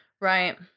Right